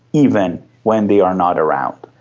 even when they are not around,